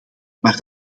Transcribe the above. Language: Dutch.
maar